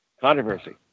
controversy